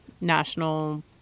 national